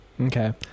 Okay